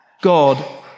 God